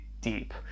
deep